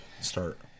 start